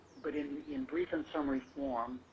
but in in brief and summary form,